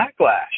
backlash